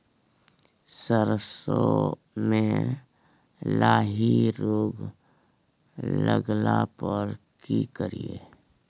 सरसो मे लाही रोग लगला पर की करिये?